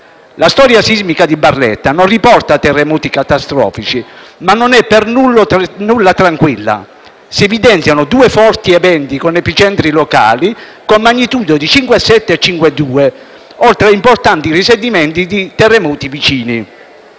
La storia sismica di Barletta non riporta terremoti catastrofici, ma non è per nulla tranquilla. Si evidenziano due forti eventi con epicentri locali, con magnitudo di 5,7 e 5,2, oltre a importanti risentimenti di terremoti vicini.